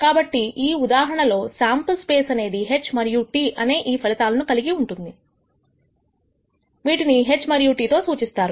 కాబట్టి ఈ ఉదాహరణలో శాంపుల్ స్పేస్ అనేది H మరియుT అనే ఈ ఫలితాలను కలిగి ఉంటుంది వీటిని H మరియు T తో సూచిస్తారు